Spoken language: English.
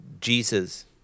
Jesus